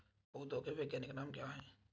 पौधों के वैज्ञानिक नाम क्या हैं?